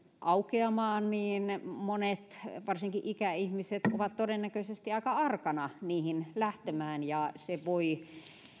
aukeamaan niin monet varsinkin ikäihmiset ovat todennäköisesti aika arkana niihin lähtemään ja se voi